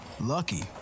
lucky